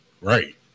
Right